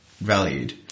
valued